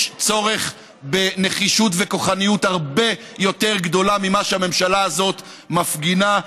יש צורך בנחישות וכוחניות הרבה יותר גדולות ממה שהממשלה הזאת מפגינה,